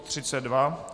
32.